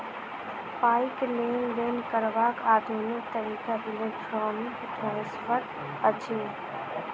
पाइक लेन देन करबाक आधुनिक तरीका इलेक्ट्रौनिक ट्रांस्फर अछि